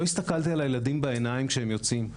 לא הסתכלתי על הילדים בעיניים כשהם יוצאים,